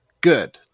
good